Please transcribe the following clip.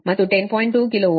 2 KV